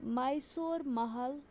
Mysore Mahal